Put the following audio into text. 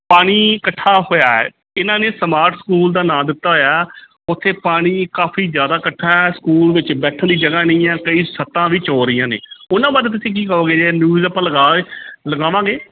ਪਾਣੀ ਇਕੱਠਾ ਹੋਇਆ ਇਹਨਾਂ ਨੇ ਸਮਾਰਟ ਸਕੂਲ ਦਾ ਨਾਮ ਦਿੱਤਾ ਹੋਇਆ ਉੱਥੇ ਪਾਣੀ ਕਾਫੀ ਜ਼ਿਆਦਾ ਇਕੱਠਾ ਸਕੂਲ ਵਿੱਚ ਬੈਠਣ ਦੀ ਜਗ੍ਹਾ ਨਹੀਂ ਹੈ ਕਈ ਛੱਤਾਂ ਵੀ ਚੋਅ ਰਹੀਆਂ ਨੇ ਉਹਨਾਂ ਬਾਰੇ ਤੁਸੀਂ ਕੀ ਕਹੋਗੇ ਜੇ ਨਿਊਜ਼ ਆਪਾਂ ਲਗਾਏ ਲਗਾਵਾਂਗੇ